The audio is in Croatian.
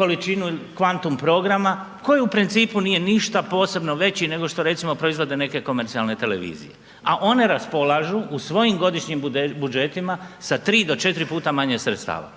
količinu kvantum programa koji u principu nije ništa posebno veći nego što recimo proizvode neke komercijalne televizije, a one raspolažu u svojim godišnjim budžetima sa tri do četiri puta manje sredstava.